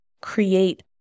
create